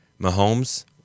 Mahomes